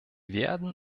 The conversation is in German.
werden